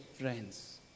friends